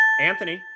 Anthony